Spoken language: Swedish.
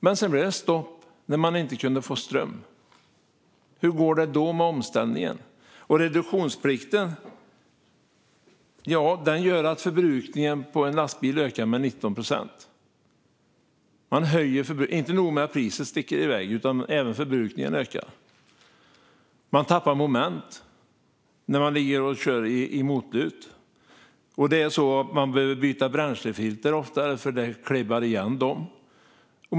Men sedan blev det stopp när man inte kunde få ström. Hur går det då med omställningen? Reduktionsplikten gör att förbrukningen för en lastbil ökar med 19 procent. Det är inte nog med att priset sticker iväg, utan även förbrukningen ökar. Man tappar momentum när man ligger och kör i motlut. Man behöver byta bränslefilter oftare för att de klibbar igen.